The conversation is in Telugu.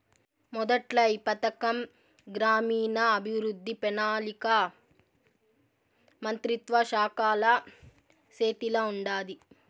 మొదట్ల ఈ పథకం గ్రామీణాభవృద్ధి, పెనాలికా మంత్రిత్వ శాఖల సేతిల ఉండాది